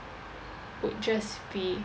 would just be